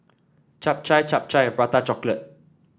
Chap Chai Chap Chai and Prata Chocolate